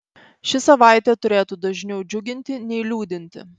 ši savaitė turėtų dažniau džiuginti nei liūdinti